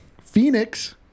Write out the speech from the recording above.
Phoenix